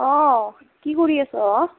অঁ কি কৰি আছ'